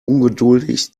ungeduldig